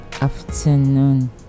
afternoon